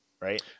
right